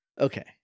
Okay